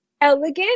elegant